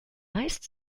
meist